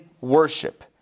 worship